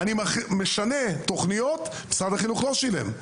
אני משנה תוכניות משרד החינוך לא שילם,